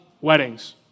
weddings